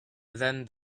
then